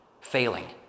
failing